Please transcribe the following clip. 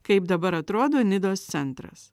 kaip dabar atrodo nidos centras